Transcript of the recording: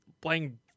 playing